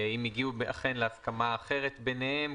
אם הגיעו אכן להסכמה אחרת ביניהם,